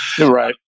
right